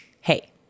Hey